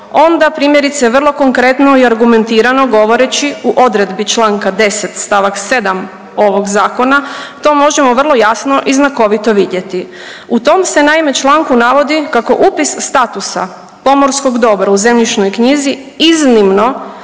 onda primjerice, vrlo konkretno i argumentirano govoreći u odredbi čl. 10 st. 7 ovog Zakona to možemo vrlo jasno i znakovito vidjeti. U tom se, naime, članku navodi kako upis statusa pomorskog dobra u zemljišnoj knjizi iznimno